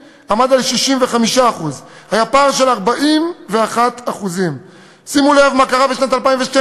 עמד על 65%. היה פער של 41%. שימו לב מה קרה בשנת 2012,